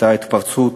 הייתה התפרצות